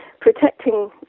protecting